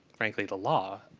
frankly, the law.